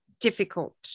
difficult